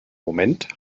moment